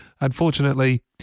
unfortunately